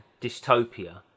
dystopia